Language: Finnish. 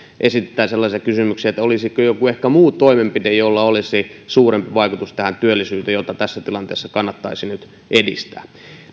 esitetään sellaisia kysymyksiä että olisiko ehkä joku muu toimenpide jolla olisi suurempi vaikutus tähän työllisyyteen jota tässä tilanteessa kannattaisi nyt edistää